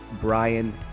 Brian